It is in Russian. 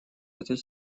этой